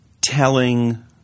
telling –